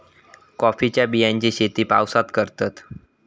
कॉफीच्या बियांची शेती पावसात करतत